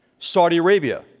saudi arabia,